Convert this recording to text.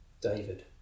David